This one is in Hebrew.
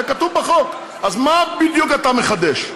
זה כתוב בחוק, אז מה בדיוק אתה מחדש?